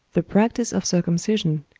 the practice of circumcision,